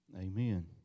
Amen